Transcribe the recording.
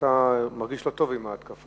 ואתה מרגיש לא טוב עם ההתקפות.